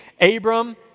Abram